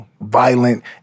violent